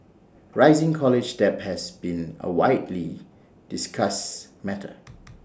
rising college debt has been A widely discussed matter